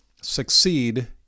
succeed